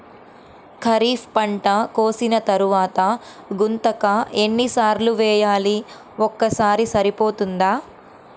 ఖరీఫ్ పంట కోసిన తరువాత గుంతక ఎన్ని సార్లు వేయాలి? ఒక్కసారి సరిపోతుందా?